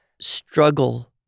struggle